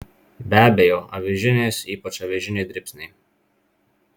be abejo avižinės ypač avižiniai dribsniai